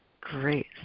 Great